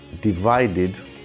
divided